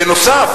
בנוסף